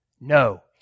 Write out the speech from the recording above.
No